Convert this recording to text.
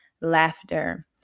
laughter